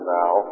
now